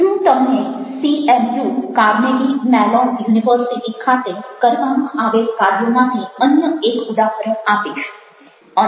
હું તમને CMU Carnegie Mellon university ખાતે કરવામાં આવેલ કાર્યોમાંથી અન્ય એક ઉદાહરણ આપીશ